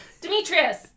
demetrius